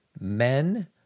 men